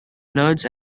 nodes